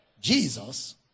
Jesus